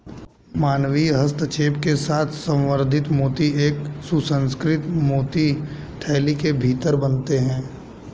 मानवीय हस्तक्षेप के साथ संवर्धित मोती एक सुसंस्कृत मोती थैली के भीतर बनते हैं